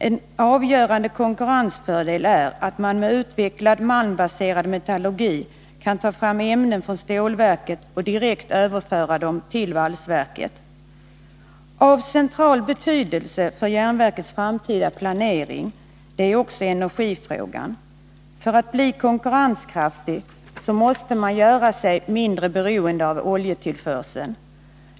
En avgörande konkurrensfördel är att man med en utvecklad malmbaserad metallurgi kan ta fram ämnen från stålverket och direkt överföra dem till valsverket. Av central betydelse för järnverkets framtida planering är också energifrågan. För att bli konkurrenskraftig måste man göra sig mindre beroende av oljetillförseln.